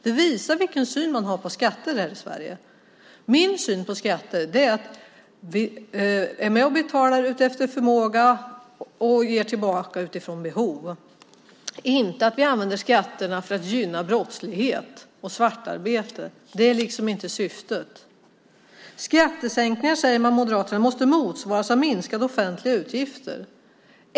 Det visar vilken syn man har på skatter. Min syn på skatter är däremot att man är med och betalar efter förmåga och får tillbaka utifrån behov, inte att vi använder skatterna för att gynna brottslighet och svartarbete. Det är liksom inte syftet. Skattesänkningar, säger Moderaterna, måste motsvaras av minskade offentliga utgifter.